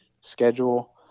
schedule